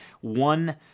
one